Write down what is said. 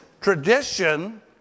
tradition